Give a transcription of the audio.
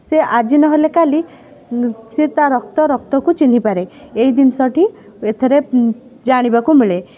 ସେ ଆଜି ନହେଲେ କାଲି ସେ ତା ରକ୍ତ ରକ୍ତକୁ ଚିହ୍ନିପାରେ ଏଇ ଜିନିଷଟି ଏଥିରେ ଜାଣିବାକୁ ମିଳେ